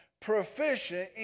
proficient